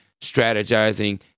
strategizing